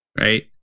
right